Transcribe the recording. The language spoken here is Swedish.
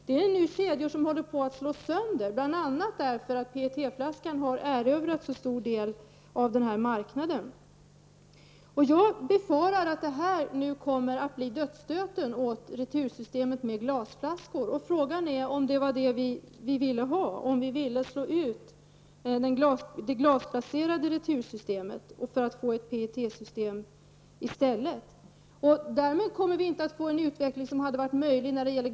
Dess kedjor håller nu på att slås sönder bl.a. därför att PET-plaskan har erövrat så stor del av den här marknaden. Jag befarar att detta kommer att bli dödsstöten för retursystemet med glasflaskor. Frågan är om det var det vi ville. Vill vi slå ut det glasbaserade retursystemet för att få ett PET-system i stället?